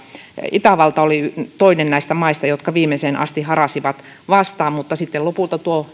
ja itävalta joka oli yllättäen toinen näistä maista jotka viimeiseen asti harasivat vastaan mutta sitten lopulta tuo